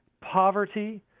poverty